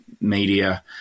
Media